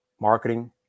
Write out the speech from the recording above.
marketing